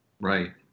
Right